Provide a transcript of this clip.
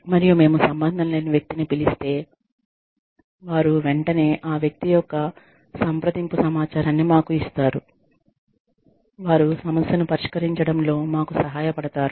మరియు మేము సంబంధం లేని వ్యక్తిని పిలిస్తే వారు వెంటనే ఆ వ్యక్తి యొక్క సంప్రదింపు సమాచారాన్ని మాకు ఇస్తారు వారు సమస్యను పరిష్కరించడంలో మాకు సహాయపడతారు